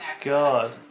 god